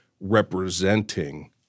representing